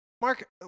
Mark